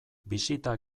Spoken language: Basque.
bisita